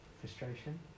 Frustration